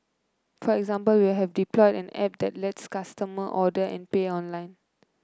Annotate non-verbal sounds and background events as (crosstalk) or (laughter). for example we have (unintelligible) an